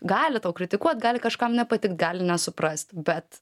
gali tau kritikuot gali kažkam nepatikt gali nesuprast bet